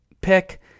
pick